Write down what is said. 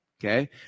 okay